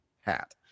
hat